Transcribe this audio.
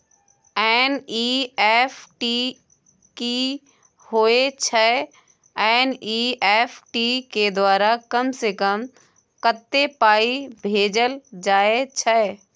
NEFT की होय छै एन.ई.एफ.टी के द्वारा कम से कम कत्ते पाई भेजल जाय छै?